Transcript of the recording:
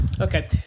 Okay